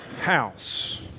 house